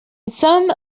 some